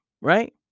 right